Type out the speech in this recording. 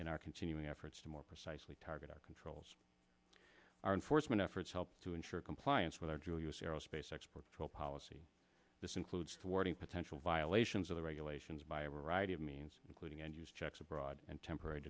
in our continuing efforts to more precisely target our controls our enforcement efforts help to ensure compliance with our dual use aerospace export control policy this includes warning potential violations of the regulations by a variety of means including and use checks abroad and temporary